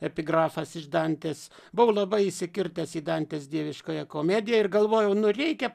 epigrafas iš dantės buvau labai įsikirtęs į dantės dieviškąją komediją ir galvojau nu reikia